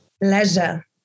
Leisure